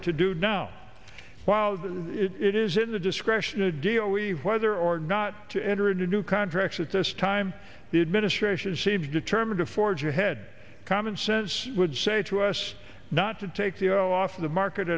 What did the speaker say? to do now while it is in the discretion a deal we whether or not to enter into new contracts at this time the administration seems determined to forge ahead common sense would say to us not to take the zero off the market